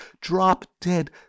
drop-dead